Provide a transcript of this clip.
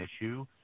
issue